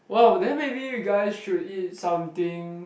wow then maybe you guys should eat something